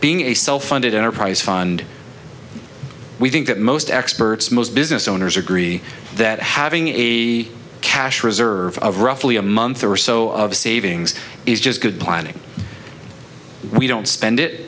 being a self funded enterprise fund we think that most experts most business owners agree that having a cash reserve roughly a month or so of savings is just good planning we don't spend it